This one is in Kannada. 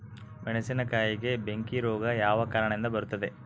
ಮೆಣಸಿನಕಾಯಿಗೆ ಬೆಂಕಿ ರೋಗ ಯಾವ ಕಾರಣದಿಂದ ಬರುತ್ತದೆ?